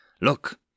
Look